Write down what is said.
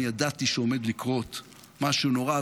אני ידעתי שעומד לקרות משהו נורא.